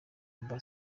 amb